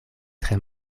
tre